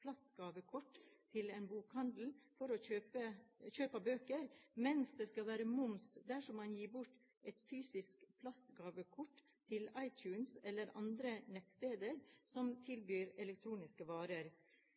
plastgavekort til en bokhandel for kjøp av bøker, mens det skal være moms dersom man gir bort et fysisk plastgavekort til iTunes eller andre nettsteder som tilbyr elektroniske varer? For det er jo det det er – varer